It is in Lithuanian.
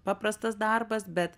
paprastas darbas bet